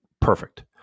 Perfect